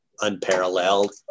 unparalleled